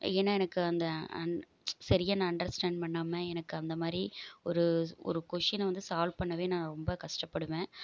ஏன்னால் எனக்கு அந்த சரியாக நான் அண்டர்ஸ்டாண்ட் பண்ணாமல் எனக்கு அந்த மாதிரி ஒரு ஒரு கொஷ்டினை வந்து சால்வ் பண்ணவே நான் ரொம்ப கஷ்டப்படுவன்